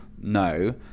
no